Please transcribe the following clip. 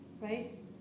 right